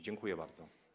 Dziękuję bardzo.